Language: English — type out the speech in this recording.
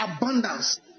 abundance